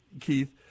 Keith